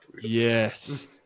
Yes